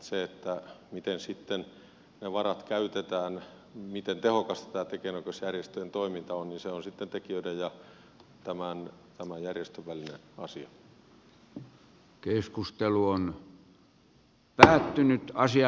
se miten sitten ne varat käytetään miten tehokasta tämä tekijänoikeusjärjestöjen toiminta on on sitten tekijöiden ja tämän järjestön välinen asia